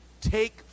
take